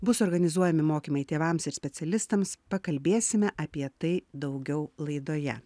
bus organizuojami mokymai tėvams ir specialistams pakalbėsime apie tai daugiau laidoje